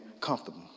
comfortable